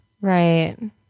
Right